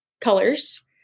colors